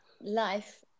Life